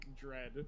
dread